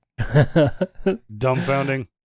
Dumbfounding